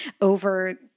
over